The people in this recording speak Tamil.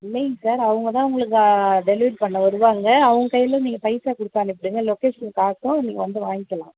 இல்லைங்க சார் அவங்க தான் உங்களுக்கு டெலிவரி பண்ண வருவாங்க அவங்க கையில் நீங்கள் பைசா கொடுத்து அனுப்பிவிடுங்க லொகேஷன் காட்டும் நீங்கள் வந்து வாங்கிக்கலாம்